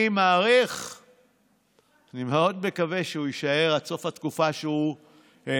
אני מאוד מקווה שהוא יישאר עד סוף התקופה שהוא הבטיח,